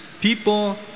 people